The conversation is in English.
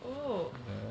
oh